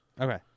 Okay